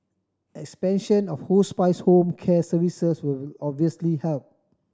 expansion of hospice home care services will obviously help